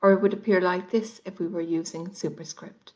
or it would appear like this if we were using superscript.